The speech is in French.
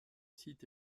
site